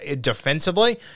defensively